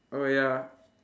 oh ya